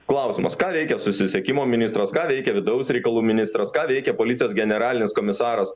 klausimas ką veikia susisiekimo ministras ką veikia vidaus reikalų ministras ką veikia policijos generalinis komisaras